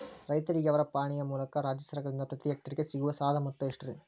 ರೈತರಿಗೆ ಅವರ ಪಾಣಿಯ ಮೂಲಕ ರಾಜ್ಯ ಸರ್ಕಾರದಿಂದ ಪ್ರತಿ ಹೆಕ್ಟರ್ ಗೆ ಸಿಗುವ ಸಾಲದ ಮೊತ್ತ ಎಷ್ಟು ರೇ?